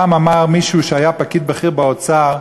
פעם אמר מישהו שהיה פקיד בכיר באוצר,